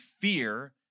fear